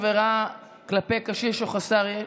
עבירה כלפי קשיש או חסר ישע)